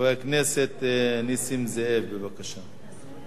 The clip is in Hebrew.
חבר הכנסת נסים זאב, בבקשה.